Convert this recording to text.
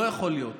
לא יכול להיות